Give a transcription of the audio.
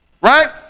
Right